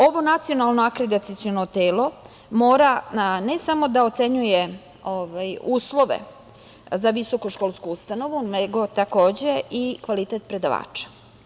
Ovo Nacionalno akreditaciono telo ne samo da ocenjuje uslove za visokoškolsku ustanovu, nego takođe i kvalitet predavača.